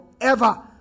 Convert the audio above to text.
forever